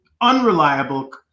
unreliable